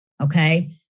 okay